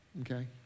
okay